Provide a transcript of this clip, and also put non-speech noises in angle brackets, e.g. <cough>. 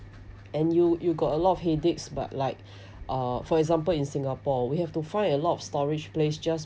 and you you got a lot of headaches but like <breath> uh for example in singapore we have to find a lot of storage place just